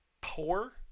poor